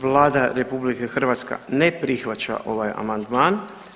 Vlada RH ne prihvaća ovaj amandman.